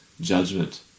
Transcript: judgment